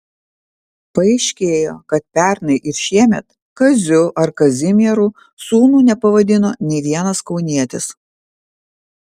paaiškėjo kad pernai ir šiemet kaziu ar kazimieru sūnų nepavadino nė vienas kaunietis